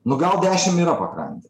nu gal dešim yra pakrantėj